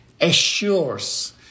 assures